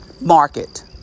market